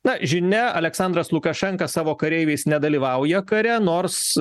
na žinia aleksandras lukašenka savo kareiviais nedalyvauja kare nors